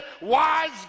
wise